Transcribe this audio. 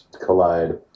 collide